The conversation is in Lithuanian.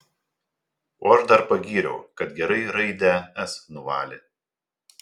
o aš dar pagyriau kad gerai raidę s nuvalė